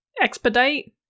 Expedite